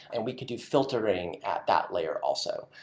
and we could do filtering at that layer also.